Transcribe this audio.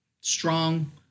strong